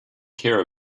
care